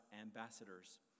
ambassadors